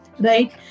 Right